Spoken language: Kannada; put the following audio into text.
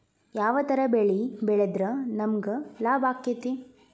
ಯಾವ ತರ ಬೆಳಿ ಬೆಳೆದ್ರ ನಮ್ಗ ಲಾಭ ಆಕ್ಕೆತಿ?